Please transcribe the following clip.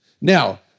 Now